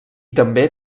també